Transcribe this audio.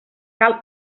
cal